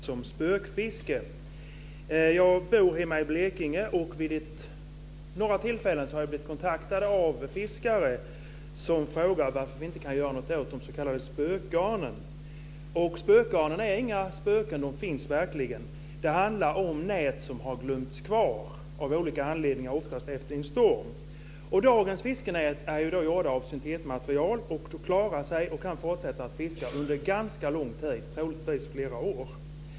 Fru talman! Jag ställer min fråga till jordbruksministern. Den handlar om något så udda som spökfiske. Jag bor i Blekinge. Vid några tillfällen har jag blivit kontaktad av fiskare som undrar varför vi inte kan göra något åt de s.k. spökgarnen. Spökgarnen är inga spöken. De finns verkligen. Det handlar om nät som har glömts kvar av olika anledningar, oftast efter en storm. Dagens fiskenät är gjorda av syntetmaterial. De klarar sig och kan fortsätta att fiska under ganska lång tid, troligtvis flera år.